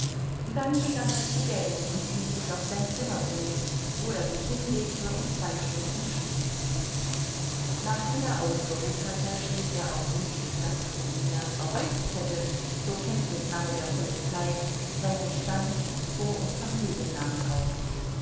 dann begann er zu gähnen und ließ sich auf sein zimmer bringen wo er sich hinlegte und zwei stunden schlief nachdem er ausgeruht hatte schrieb er auf wunsch des gasthofdieners auf einen zettel zur kenntnisnahme der polizei seinen stand vor und familiennamen auf